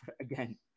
again